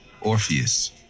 Orpheus